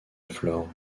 flore